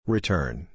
Return